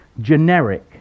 generic